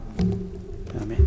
Amen